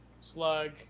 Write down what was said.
Slug